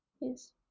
Yes